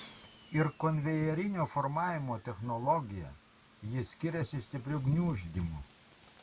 ir konvejerinio formavimo technologija ji skiriasi stipriu gniuždymu